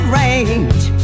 range